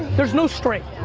there's no straight.